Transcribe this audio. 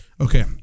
Okay